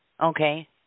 Okay